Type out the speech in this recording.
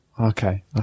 okay